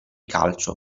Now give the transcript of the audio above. calcio